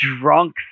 drunk